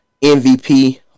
MVP